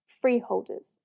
freeholders